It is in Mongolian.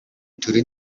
төрийн